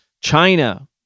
China